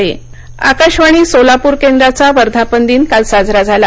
आकाशवाणी सोलापूर आकाशवाणी सोलापूर केंद्राचा वर्धापनदिन काल साजरा झाला